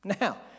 Now